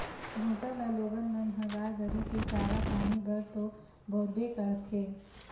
भूसा ल लोगन मन ह गाय गरु के चारा पानी बर तो बउरबे करथे